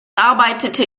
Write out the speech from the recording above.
arbeitete